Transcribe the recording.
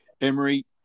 Emery